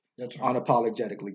unapologetically